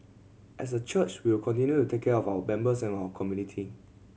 as a church we will continue to take care of our members and our community